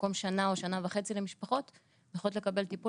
במקום שנה או שנה וחצי למשפחות שהן צריכות לקבל טיפול,